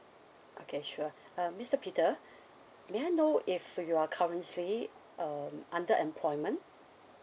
okay sure uh mister peter may I know if you're currently um under employment